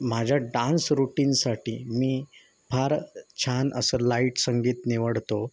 माझ्या डान्स रुटीनसाठी मी फार छान असं लाईट संगीत निवडतो